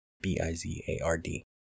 B-I-Z-A-R-D